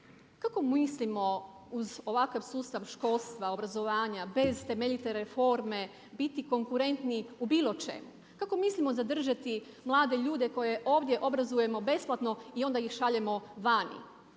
Kako mislimo uz ovakav sustav školstva, obrazovanja bez temeljite reforme biti konkurentni u bilo čemu? Kako mislimo zadržati mlade ljude koje ovdje obrazujemo besplatno i onda ih šaljemo vani?